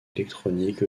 électronique